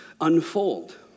unfold